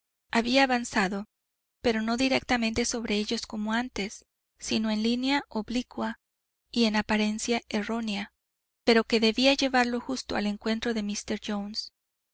había avanzado pero no directamente sobre ellos como antes sino en línea oblicua y en apariencia errónea pero que debía llevarlo justo al encuentro de míster jones